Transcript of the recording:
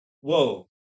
whoa